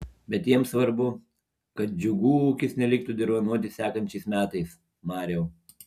bet jiems svarbu kad džiugų ūkis neliktų dirvonuoti sekančiais metais mariau